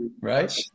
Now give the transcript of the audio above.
Right